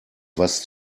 was